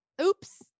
oops